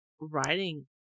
writing